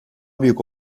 büyük